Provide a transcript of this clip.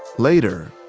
later,